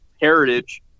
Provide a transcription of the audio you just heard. heritage